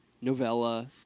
novella